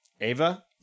Ava